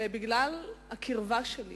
בגלל הקרבה שלי